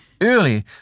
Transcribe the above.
early